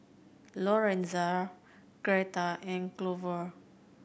Lorenzo Gertha and Glover